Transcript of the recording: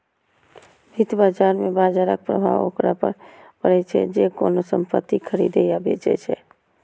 वित्त बाजार मे बाजरक प्रभाव ओकरा पर पड़ै छै, जे कोनो संपत्ति खरीदै या बेचै छै